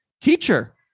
teacher